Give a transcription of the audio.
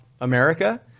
America